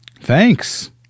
Thanks